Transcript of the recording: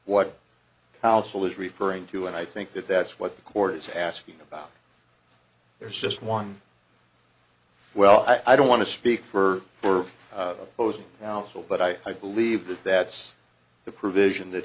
is referring to and i think that that's what the court is asking about there's just one well i don't want to speak for or opposing counsel but i i believe that that's the provision that